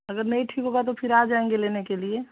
अगर नहीं ठीक होगा तो फिर आ जाएँगे लेने के लिए